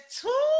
two